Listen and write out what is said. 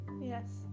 yes